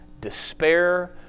despair